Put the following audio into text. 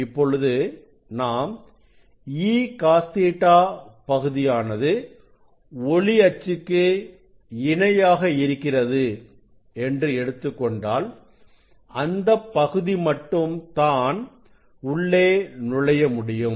இப்பொழுது நாம் E CosƟபகுதியானது ஒளி அச்சுக்கு இணையாக இருக்கிறது என்று எடுத்துக் கொண்டால் அந்தப் பகுதி மட்டும் தான் உள்ளே நுழைய முடியும்